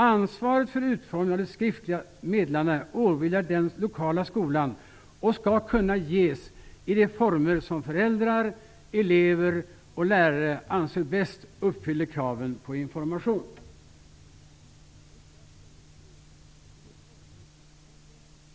Ansvaret för utformningen av de skriftliga meddelandena åvilar den lokala skolan och skall kunna ges i de former som föräldrar, elever och lärare anser bäst uppfyller kraven på information.